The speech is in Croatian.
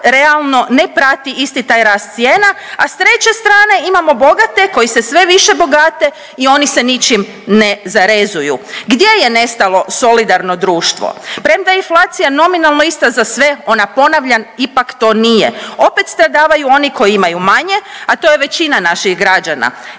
ne prati isti taj rast cijena, a s treće strane imamo bogate koji se sve više bogate i oni se ničim ne zarezuju. Gdje je nestalo solidarno društvo? Premda je inflacija nominalno ista za sve ona ponavljam ipak to nije, opet stradavaju oni koji imaju manje, a to je većina naših građana.